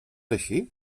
així